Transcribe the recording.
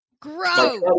Gross